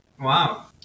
Wow